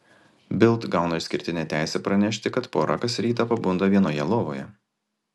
bild gauna išskirtinę teisę pranešti kad pora kas rytą pabunda vienoje lovoje